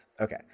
Okay